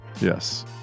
Yes